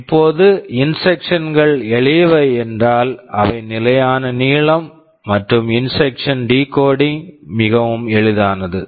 இப்போது instruction instructions கள் எளியவை என்றால் அவை நிலையான நீளம் மற்றும் இன்ஸ்ட்ரக்சன் instructions டிகோடிங் decoding மிகவும் எளிதானது